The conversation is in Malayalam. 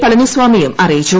പളനി സ്വാമിയും അറിയിച്ചു